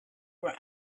were